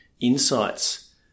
insights